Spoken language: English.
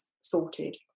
sorted